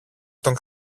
τον